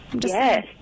Yes